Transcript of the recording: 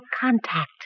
contact